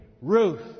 Ruth